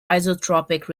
isotropic